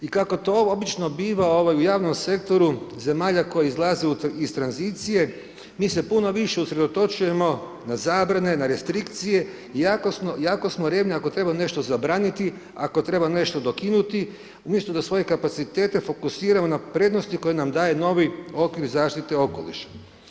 I kako to obično biva u javnom sektoru zemalja koji izlaze iz tranzicije, mi se puno više usredotočujemo na zabrane, na restrikcije, jako smo revni ako treba nešto zabraniti, ako treba nešto dokinuti, umjesto da svoje kapacitete fokusiramo na prednosti koji nam daje novi okvir zaštite okoliša.